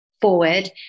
forward